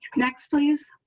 next, please.